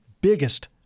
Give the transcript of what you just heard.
biggest